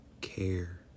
care